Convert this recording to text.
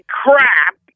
crap